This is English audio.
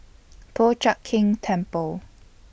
Po Chiak Keng Temple